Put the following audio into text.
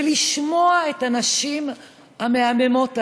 ולשמוע את הנשים המהממות האלה,